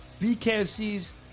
BKFC's